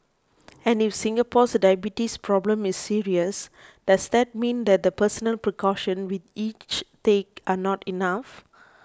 and if Singapore's diabetes problem is serious does that mean that the personal precautions we each take are not enough